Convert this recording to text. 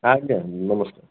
ଆଜ୍ଞା ନମସ୍କାର୍